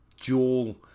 dual